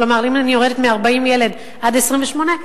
כלומר, אם אני יורדת מ-40 ילד עד ל-28,